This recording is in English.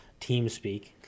Teamspeak